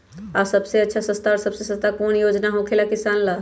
आ सबसे अच्छा और सबसे सस्ता कौन योजना होखेला किसान ला?